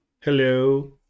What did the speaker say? Hello